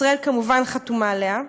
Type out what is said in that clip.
ישראל כמובן חתומה עליה,